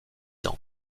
ans